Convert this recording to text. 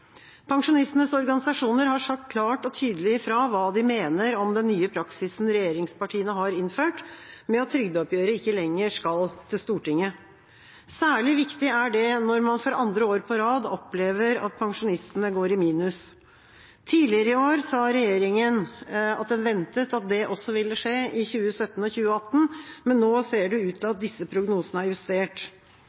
Pensjonistenes organisasjoner har sagt klart og tydelig ifra om hva de mener om den nye praksisen regjeringspartiene har innført, at trygdeoppgjøret ikke lenger skal til Stortinget. Særlig viktig er det når man for andre år på rad opplever at pensjonistene går i minus. Tidligere i år sa regjeringen at den ventet at det også ville skje i 2017 og 2018, men nå ser det ut til at disse prognosene er justert.